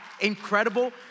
Incredible